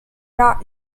not